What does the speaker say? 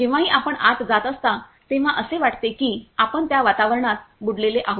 जेव्हाही आपण आत जात असता तेव्हा असे वाटते की आपण त्या वातावरणात बुडलेले आहोत